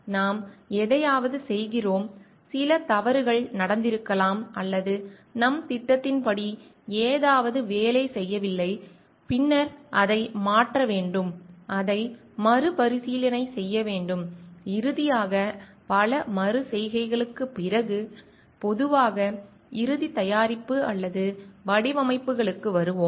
நாம் எதையாவது செய்கிறோம் சில தவறுகள் நடந்திருக்கலாம் அல்லது நம் திட்டத்தின்படி ஏதாவது வேலை செய்யவில்லை பின்னர் அதை மாற்ற வேண்டும் அதை மறுபரிசீலனை செய்ய வேண்டும் இறுதியாக பல மறு செய்கைகளுக்குப் பிறகு பொதுவாக இறுதி தயாரிப்பு அல்லது வடிவமைப்புகளுக்கு வருவோம்